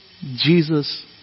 Jesus